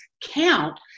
count